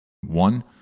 one